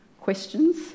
questions